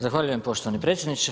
Zahvaljujem poštovani predsjedniče.